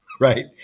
right